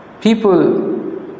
People